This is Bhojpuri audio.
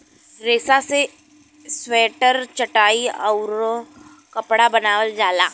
रेसा से स्वेटर चटाई आउउर कपड़ा बनावल जाला